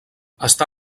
està